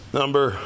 number